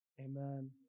Amen